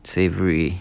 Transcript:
savoury